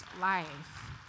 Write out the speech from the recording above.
life